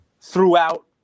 throughout